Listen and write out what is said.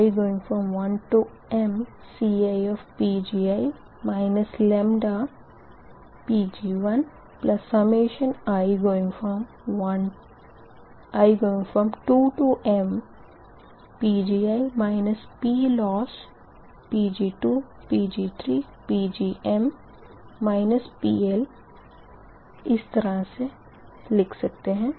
CTi1mCiPgi λi1mPgi PLossPg2Pg3Pgm PLको इस तरह लिखा है